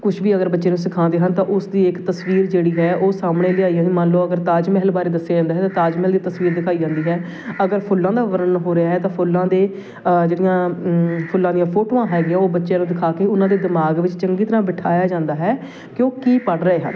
ਕੁਛ ਵੀ ਅਗਰ ਬੱਚੇ ਨੂੰ ਸਿਖਾਉਂਦੇ ਹਨ ਤਾਂ ਉਸ ਦੀ ਇੱਕ ਤਸਵੀਰ ਜਿਹੜੀ ਹੈ ਉਹ ਸਾਹਮਣੇ ਲਿਆਈ ਮੰਨ ਲਓ ਅਗਰ ਤਾਜ ਮਹਿਲ ਬਾਰੇ ਦੱਸਿਆ ਜਾਂਦਾ ਹੈ ਤਾਂ ਤਾਜ ਮਹਿਲ ਦੀ ਤਸਵੀਰ ਦਿਖਾਈ ਜਾਂਦੀ ਹੈ ਅਗਰ ਫੁੱਲਾਂ ਦਾ ਵਰਣਨ ਹੋ ਰਿਹਾ ਤਾਂ ਫੁੱਲਾਂ ਦੇ ਜਿਹੜੀਆਂ ਫੁੱਲਾਂ ਦੀਆਂ ਫੋਟੋਆਂ ਹੈਗੀਆਂ ਉਹ ਬੱਚਿਆਂ ਨੂੰ ਦਿਖਾ ਕੇ ਉਹਨਾਂ ਦੇ ਦਿਮਾਗ ਵਿੱਚ ਚੰਗੀ ਤਰ੍ਹਾਂ ਬਿਠਾਇਆ ਜਾਂਦਾ ਹੈ ਕਿ ਉਹ ਕੀ ਪੜ੍ਹ ਰਹੇ ਹਨ